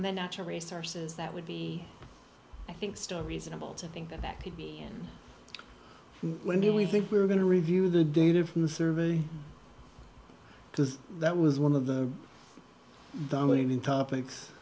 the natural resources that would be i think still reasonable to think that that could be when we think we're going to review the data from the survey because that was one of the dominating topics